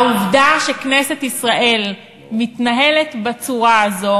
העובדה שכנסת ישראל מתנהלת בצורה הזאת